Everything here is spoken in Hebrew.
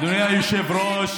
מה יש לך לענות?